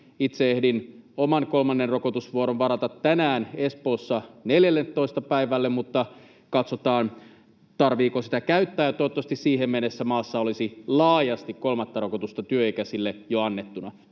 Itse ehdin oman kolmannen rokotusvuoron varata tänään Espoossa 14. päivälle, mutta katsotaan, tarvitseeko sitä käyttää, ja toivottavasti siihen mennessä maassa olisi laajasti kolmatta rokotusta työikäisille jo annettuna.